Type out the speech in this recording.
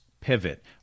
pivot